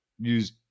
use